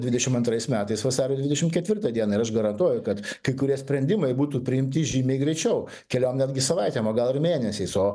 dvidešim antrais metais vasario dvidešim ketvirtą dieną ir aš garantuoju kad kai kurie sprendimai būtų priimti žymiai greičiau keliom netgi savaitėm o gal ir mėnesiais o